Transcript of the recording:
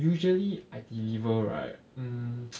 usually I deliver right mm